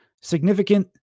significant